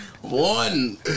one